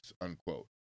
unquote